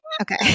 Okay